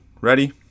Ready